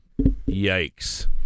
Yikes